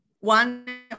One